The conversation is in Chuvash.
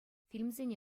фильмсене